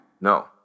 No